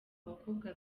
abakobwa